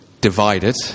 divided